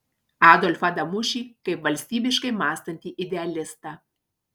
adolfą damušį kaip valstybiškai mąstantį idealistą